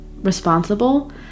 responsible